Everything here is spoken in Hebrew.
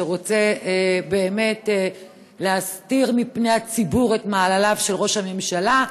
שרוצה באמת להסתיר מפני הציבור את מעלליו של ראש הממשלה,